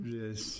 yes